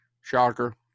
Shocker